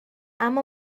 اما